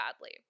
badly